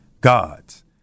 God's